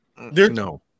no